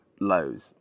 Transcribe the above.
lows